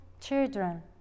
children